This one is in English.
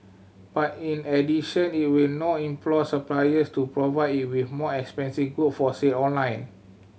but in addition it will now implore suppliers to provide it with more expensive good for sale online